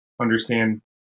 understand